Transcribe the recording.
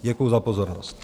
Děkuju za pozornost.